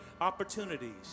opportunities